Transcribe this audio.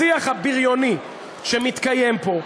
השיח הבריוני שמתקיים פה,